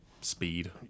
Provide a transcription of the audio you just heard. speed